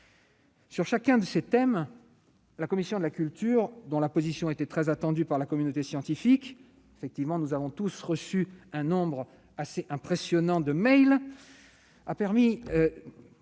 Sur chacun de ces thèmes, la commission de la culture, dont la position était très attendue par la communauté scientifique- nous avons en effet tous reçu un nombre impressionnant de méls -, a proposé